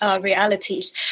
realities